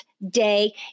day